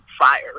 fire